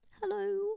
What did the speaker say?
Hello